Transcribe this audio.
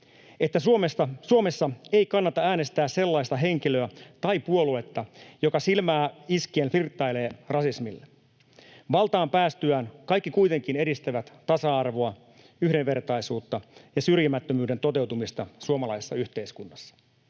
Suomessa ei kannata äänestää sellaista henkilöä tai puoluetta, joka silmää iskien flirttailee rasismille. Valtaan päästyään kaikki kuitenkin edistävät tasa-arvoa, yhdenvertaisuutta ja syrjimättömyyden toteutumista suomalaisessa yhteiskunnassa.